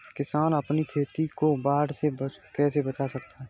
किसान अपनी खेती को बाढ़ से कैसे बचा सकते हैं?